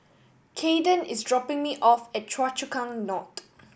Kaden is dropping me off at Choa Chu Kang North